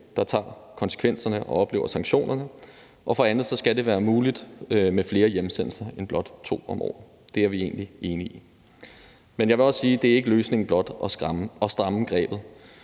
der tager konsekvenserne og oplever sanktionerne, og for det andet skal det være muligt med flere hjemsendelser end blot to om året. Det er vi egentlig enige i. Men jeg vil også sige, at det ikke er løsningen blot at stramme grebet,